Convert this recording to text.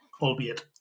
albeit